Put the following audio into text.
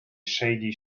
shady